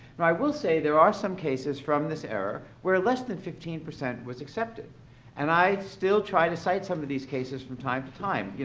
i will say, there are some cases from this era where less than fifteen percent was accepted and i still try to cite some of these cases from time to time.